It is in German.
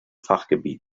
fachgebiet